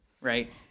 right